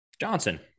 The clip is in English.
Johnson